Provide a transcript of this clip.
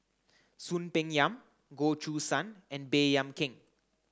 Soon Peng Yam Goh Choo San and Baey Yam Keng